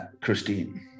Christine